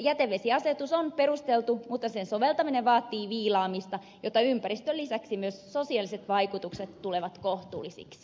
jätevesiasetus on perusteltu mutta sen soveltaminen vaatii viilaamista jotta ympäristön lisäksi myös sosiaaliset vaikutukset tulevat kohtuullisiksi